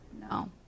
No